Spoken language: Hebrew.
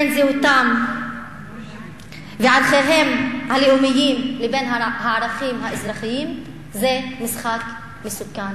בין זהותם וערכיהם הלאומיים לבין הערכים האזרחיים זה משחק מסוכן.